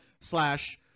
slash